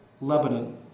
Lebanon